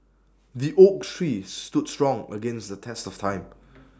the oak tree stood strong against the test of time